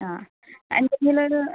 ആ എന്തെങ്കിലൊരു